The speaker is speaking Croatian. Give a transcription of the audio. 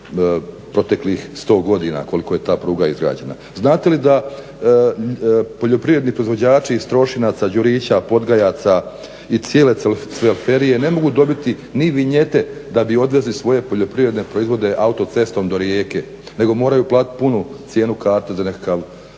proteklih 100 godina koliko je ta pruga izgrađena. Znate li da poljoprivredni proizvođači iz Trošinaca, Đurića, Podgajaca i cijele … ne mogu dobiti ni vinjete da bi odvezli svoje poljoprivredne proizvode autocestom do Rijeke nego moraju platit punu cijenu karte za nekakav